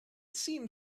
seemed